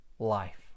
life